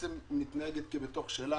שמתנהגת כבתוך שלה,